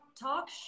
talk